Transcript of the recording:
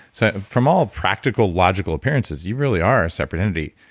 so from all practical, logical appearances, you really are a separate entity,